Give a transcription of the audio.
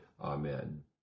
Amen